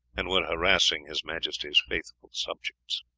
and were harassing his majesty's faithful subjects.